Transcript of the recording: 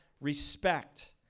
respect